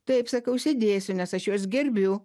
taip sakau sėdėsiu nes aš juos gerbiu